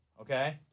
Okay